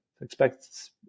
Expect